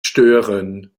stören